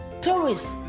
tourists